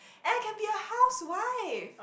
and I can be a housewife